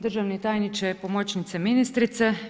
Državni tajniče, pomoćnice ministrice.